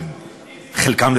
שחלקם,